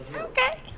okay